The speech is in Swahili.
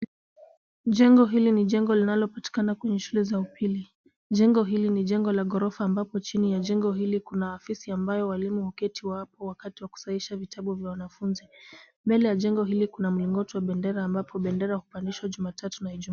Jengo hili ni jengo linalopatikana kwenye shule za upili. Jengo hili ni jengo la ghorofa ambapo chini ya jengo hili kuna afisi ambayo walimu huketi hapo wakati wa kusahisha vitabu vya wanafunzi. Mbele ya jengo hili kuna mlingoti wa bendera ambapo bendera hupandishwa Jumatatu na Ijumaa.